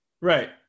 Right